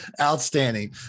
Outstanding